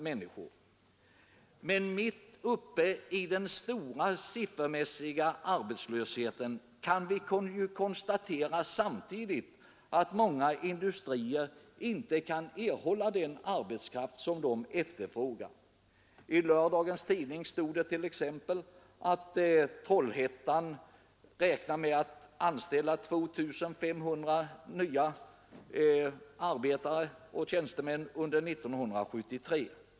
Men mitt uppe i den siffermässigt stora arbetslösheten kan vi samtidigt konstatera, att många industrier inte kan erhålla den arbetskraft som de efterfrågar. I lördagens tidning stod t.ex. att Trollhättan räknar med att anställa 2500 nya arbetare och tjänstemän under 1973.